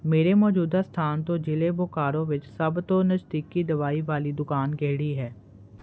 ਮੇਰੇ ਮੌਜੂਦਾ ਸਥਾਨ ਤੋਂ ਜ਼ਿਲ੍ਹੇ ਬੋਕਾਰੋ ਵਿੱਚ ਸਭ ਤੋਂ ਨਜ਼ਦੀਕੀ ਦਵਾਈ ਵਾਲੀ ਦੁਕਾਨ ਕਿਹੜੀ ਹੈ